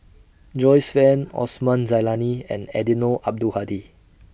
Joyce fan Osman Zailani and Eddino Abdul Hadi